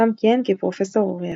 שם כיהן כפרופסור אורח.